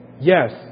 Yes